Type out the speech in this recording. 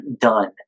done